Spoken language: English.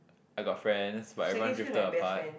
I got friends but everyone drifted apart